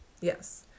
Yes